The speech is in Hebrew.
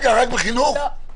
רק בחינוך עשיתי את זה?